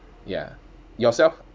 ya yourself